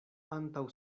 antaŭ